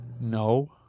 No